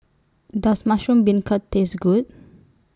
Does Mushroom Beancurd Taste Good